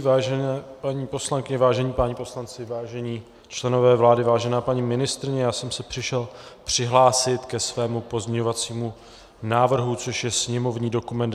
Vážené paní poslankyně, vážení páni poslanci, vážení členové vlády, vážená paní ministryně, já jsem se přišel přihlásit ke svému pozměňovacímu návrhu, což je sněmovní dokument 2645.